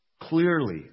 Clearly